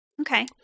okay